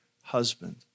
husband